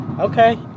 Okay